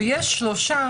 ישנם שלושה